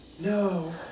No